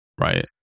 right